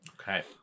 Okay